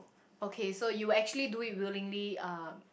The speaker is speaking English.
okay so you would actually do it willingly uh